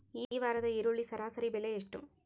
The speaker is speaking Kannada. ಈ ವಾರದ ಈರುಳ್ಳಿ ಸರಾಸರಿ ಬೆಲೆ ಎಷ್ಟು?